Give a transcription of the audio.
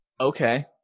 Okay